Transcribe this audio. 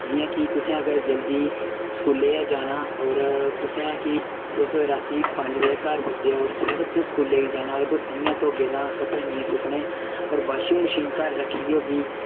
जि'यां कि तुसें अगर जल्दी स्कूलै जाना होर तुसें कि तुस राती अगर तुस इ'यां धोगे तां कपड़े नेईं सुक्कने अगर वाशिंग मशीन घर रक्खी दी होगी